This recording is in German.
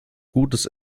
gutes